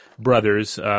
brothers